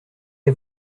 est